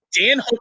Dan